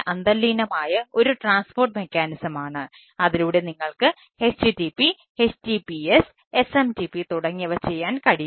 അതിനാൽ ഡാറ്റ അതിലൂടെ നിങ്ങൾക്ക് http https SMTP തുടങ്ങിയവ ചെയ്യാൻ കഴിയും